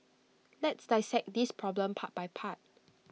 let's dissect this problem part by part